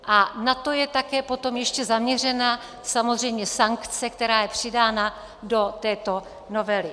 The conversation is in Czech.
A na to je také potom ještě zaměřena samozřejmě sankce, která je přidána do této novely.